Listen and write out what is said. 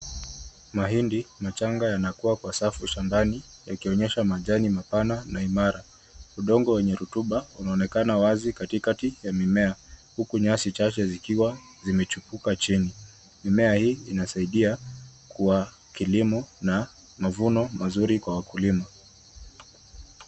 Mahindi machanga yanakuwa kwa safu shambani yakionyesha majani mapana na imara. Udongo wenye rutuba unaonekana katikati ya mimea huku nyasi chache zikiwa zimechipuka chini. Mimea hii inasaidia kwa kilimo na mavuno mazuri kwa wakulima.